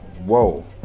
whoa